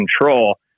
control